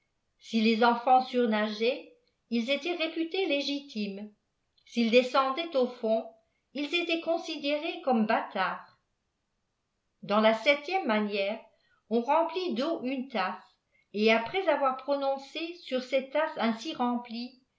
si les eafants surnageaient ils étaient réputés légitimes s'ils descendaient au fond ils étaient considérés comme bâtards v dans la septième manière on remplit dleau une tasse et après avoir prononcé sur celte tasse ainsi remplie